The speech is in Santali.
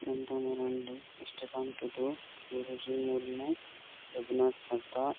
ᱥᱤᱠᱟᱱᱛᱚ ᱢᱟᱨᱟᱱᱰᱤ ᱥᱴᱤᱯᱷᱟᱱ ᱴᱩᱰᱩ ᱜᱩᱨᱩᱡᱤ ᱢᱩᱨᱢᱩ ᱚᱵᱤᱱᱟᱥ ᱦᱟᱸᱥᱫᱟ